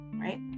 Right